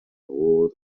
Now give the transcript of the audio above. word